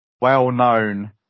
well-known